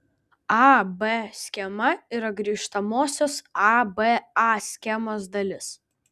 a b schema yra grįžtamosios a b a schemos dalis